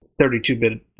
32-bit